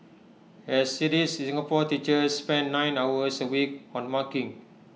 as IT is Singapore teachers spend nine hours A week on marking